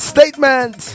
Statement